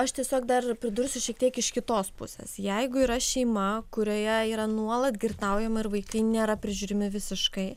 aš tiesiog dar pridursiu šiek tiek iš kitos pusės jeigu yra šeima kurioje yra nuolat girtaujama ir vaikai nėra prižiūrimi visiškai